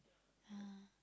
ah